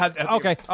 okay